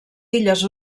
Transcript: illes